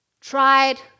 tried